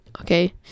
Okay